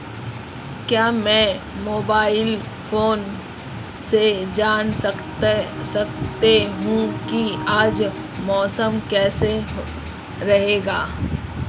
क्या मैं mobile phone से जान सकता हूँ कि आज मौसम कैसा रहेगा?